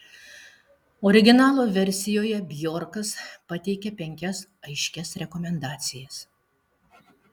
originalo versijoje bjorkas pateikia penkias aiškias rekomendacijas